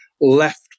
left